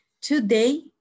Today